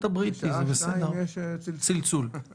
כמובן הייתי חוזר,